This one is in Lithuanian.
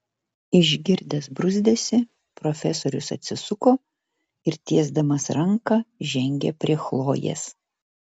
išgirdęs bruzdesį profesorius atsisuko ir tiesdamas ranką žengė prie chlojės